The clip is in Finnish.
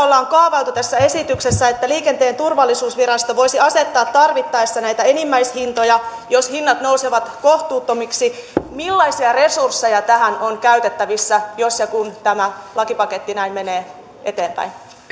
esityksessä ollaan kaavailtu että liikenteen turvallisuusvirasto voisi asettaa tarvittaessa näitä enimmäishintoja jos hinnat nousevat kohtuuttomiksi millaisia resursseja tähän on käytettävissä jos ja kun tämä lakipaketti näin menee eteenpäin